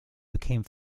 became